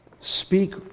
speak